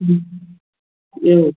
ह्म् ह्म्